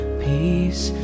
peace